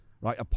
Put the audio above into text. right